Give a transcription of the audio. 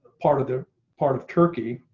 part of the part of turkey,